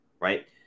right